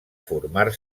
formar